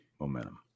momentum